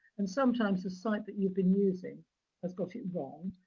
and sometimes, the site that you've been using has got it wrong.